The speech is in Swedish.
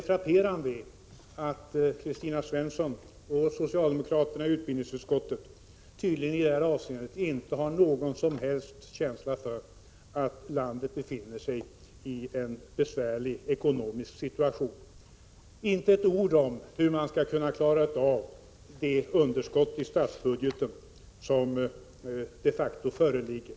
Frapperande är dock att Kristina Svensson och de övriga socialdemokraterna i utbildningsutskottet i detta avseende tydligen inte har någon som helst känsla för att landet befinner sig i en besvärlig ekonomisk situation. De säger inte ett ord om hur man skall kunna klara av det underskott i statsbudgeten som de facto föreligger.